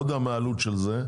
אני לא יודע מה העלות של זה,